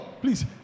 please